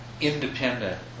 independent